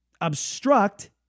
obstruct